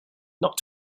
not